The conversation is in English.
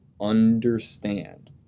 understand